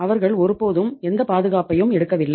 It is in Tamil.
அவர்கள் ஒருபோதும் எந்த பாதுகாப்பையும் எடுக்கவில்லை